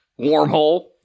Wormhole